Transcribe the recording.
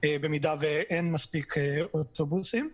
במידה ואין מספיק אוטובוסים.